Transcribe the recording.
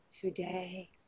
Today